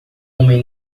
homem